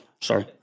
sorry